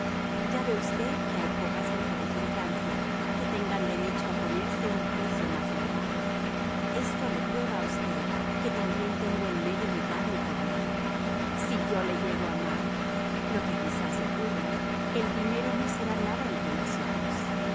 ya ve usted que hay pocas mujeres en francia que tengan derecho a ponerse un precio más elevado esto le prueba a usted que también tengo el medio de darme por nada si yo le llego a amar lo que quizás ocurra el dinero no será nada entre nosotros